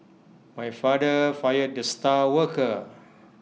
my father fired the star worker